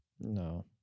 No